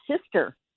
sister